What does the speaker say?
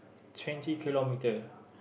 twenty kilometres